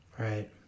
Right